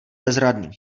bezradný